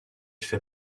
fait